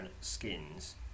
skins